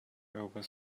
over